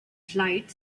flight